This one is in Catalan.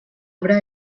obra